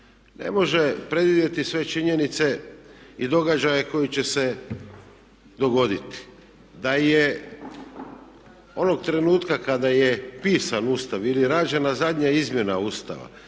ne može predvidjeti sve činjenice i događaje koji će se dogoditi. Da je onog trenutka kada je pisan Ustav ili rađena zadnja izmjena Ustava,